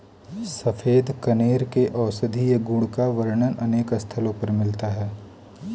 सफेद कनेर के औषधीय गुण का वर्णन अनेक स्थलों पर मिलता है